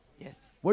Yes